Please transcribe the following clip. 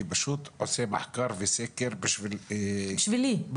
אני פשוט עושה מחקר וסקר בשביל גברתי.